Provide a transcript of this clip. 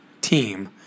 team